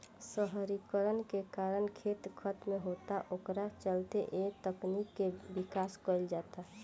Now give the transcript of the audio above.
शहरीकरण के कारण खेत खतम होता ओकरे चलते ए तकनीक के विकास कईल जाता